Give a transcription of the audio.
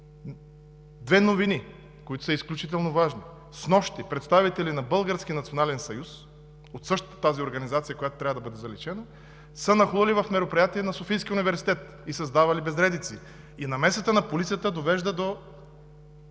Две новини, които са изключително важни. Снощи представители на Българския национален съюз, от същата тази организация, която трябва да бъде заличена, са нахлули в мероприятие на Софийския университет и създавали безредици. Намесата на полицията довежда до